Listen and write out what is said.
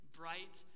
bright